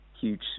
huge